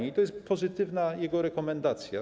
I tu jest pozytywna jego rekomendacja.